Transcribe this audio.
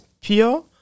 pure